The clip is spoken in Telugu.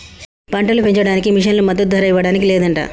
పంటలు పెంచడానికి మిషన్లు మద్దదు ధర ఇవ్వడానికి లేదంట